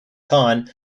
tan